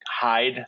hide